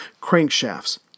crankshafts